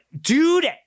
dude